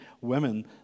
women